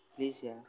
please या